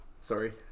Sorry